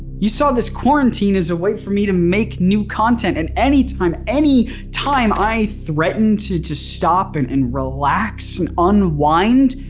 you saw this quarantine as a way for me to make new content and any time, any time i threatened to to stop and and relax and unwind,